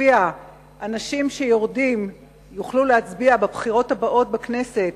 שלפיה אנשים שיורדים יוכלו להצביע בבחירות הבאות לכנסת